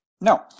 No